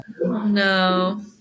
No